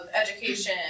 education